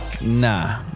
Nah